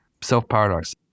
self-paradox